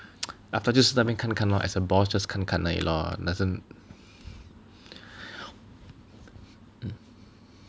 Aftar just let me 看看 lor as a boss just 看看而已 lor